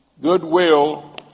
goodwill